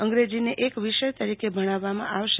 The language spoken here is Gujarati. અંગ્રેજીને એક વિષય તરીકે ભણાવવામાં આવશે